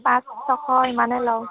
পাঁচ ছশ ইমানেই লওঁ